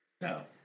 No